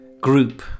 group